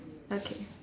okay